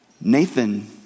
Nathan